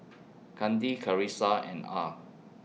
Kandi Karissa and Ah